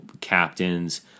captains